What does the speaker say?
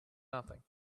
nothing